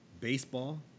baseball